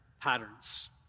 patterns